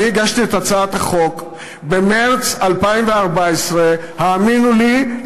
אני הגשתי את הצעת החוק במרס 2014. האמינו לי,